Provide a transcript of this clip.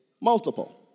multiple